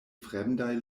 fremdaj